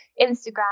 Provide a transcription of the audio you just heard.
Instagram